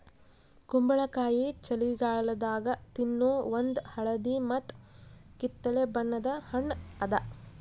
ಕುಂಬಳಕಾಯಿ ಛಳಿಗಾಲದಾಗ ತಿನ್ನೋ ಒಂದ್ ಹಳದಿ ಮತ್ತ್ ಕಿತ್ತಳೆ ಬಣ್ಣದ ಹಣ್ಣ್ ಅದಾ